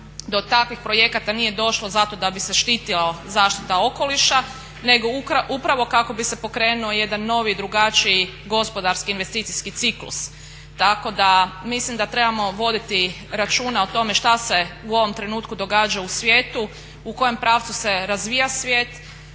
do takvih projekata nije došlo zato da bi se štitila zaštita okoliša nego upravo kako bi se pokrenuo jedan novi i drugačiji gospodarski investicijski ciklus tako da mislim da trebamo voditi računa o tome šta se u ovom trenutku događa u svijetu, u kojem pravcu se razvija svijet,